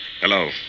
Hello